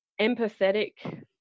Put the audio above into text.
empathetic